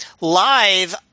live